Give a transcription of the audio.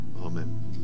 Amen